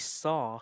saw